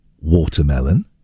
Watermelon